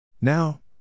Now